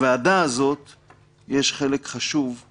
אנחנו רואים כמה הוועדה הזאת ישבה וחוקקה